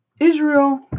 Israel